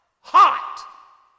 Hot